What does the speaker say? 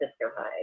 sisterhood